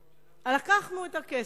"מצ'ינג" לקחנו את הכסף,